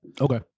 Okay